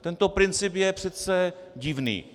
Tento princip je přece divný.